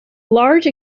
large